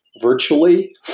virtually